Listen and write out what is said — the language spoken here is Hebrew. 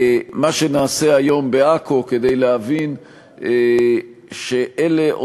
אני חושב שזה נוח באמת למפלגות מסוימות לדאוג שהציבור שלהן לא